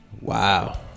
Wow